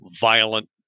violent